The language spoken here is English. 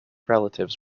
relatives